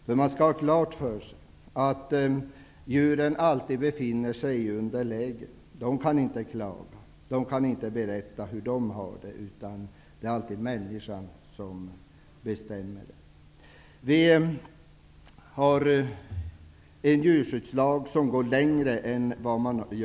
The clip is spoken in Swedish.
Men man skall ha klart för sig att djuren alltid befinner sig i underläge. De kan inte klaga. De kan inte berätta hur de har det. Det är alltid människan som bestämmer. Vi har en djurskyddslag som går längre än lagarna i EG.